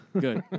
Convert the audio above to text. Good